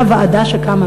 אותה ועדה שקמה,